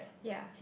ya